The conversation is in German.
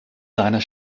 seiner